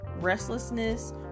restlessness